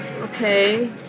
okay